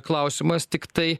klausimas tiktai